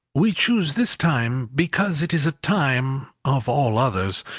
we choose this time, because it is a time, of all others,